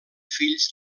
fills